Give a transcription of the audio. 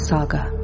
Saga